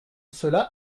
cela